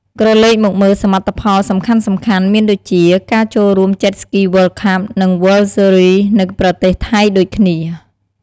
ក្រឡេកមកមើលសមិទ្ធផលសំខាន់ៗមានដូចជាការចូលរួម Jet Ski World Cup និង World Series នៅប្រទេសថៃដូចគ្នា។